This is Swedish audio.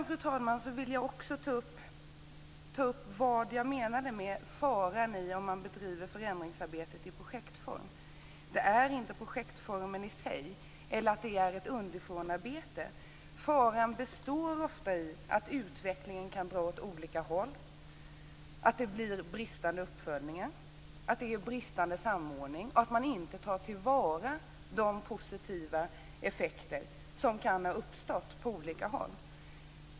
Sedan vill jag också ta upp vad jag menade med faran i att bedriva förändringsarbetet i projektform. Det är inte projektformen i sig eller att det är ett underifrånarbete. Faran består ofta i att utvecklingen kan dra år olika håll, att det blir brister i uppföljningen, att det är bristande samordning, att man inte tar till vara de positiva effekter som kan ha uppstått på olika håll.